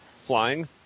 flying